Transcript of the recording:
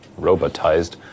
robotized